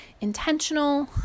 intentional